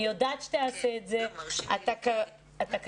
אני יודעת שתעשה את זה, אתה קשוב.